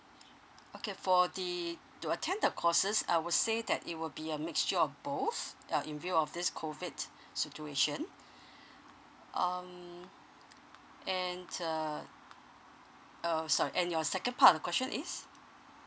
okay for the to attend the courses I would say that it will be a mixture of both uh in view of this COVID situation um and uh uh sorry and your second part of question is